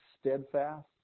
steadfast